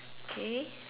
K